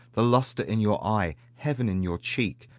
the lustre in your eye, heaven in your cheek,